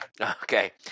Okay